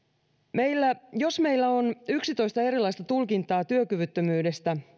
jos meillä on yksitoista erilaista tulkintaa työkyvyttömyydestä